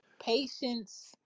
patience